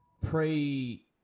pre